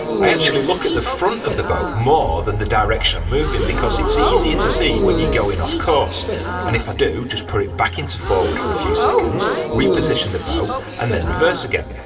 i actually look at the front of the boat more than the direction i'm moving, because it's easier to see when you go in off course and if i do, just put it back into forward for a few seconds reposition the boat and then reverse again.